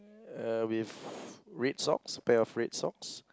uh with red socks a pair of red socks